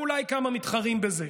אולי כמה מתחרים בזה,